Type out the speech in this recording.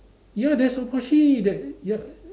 ya there's opporunity that ya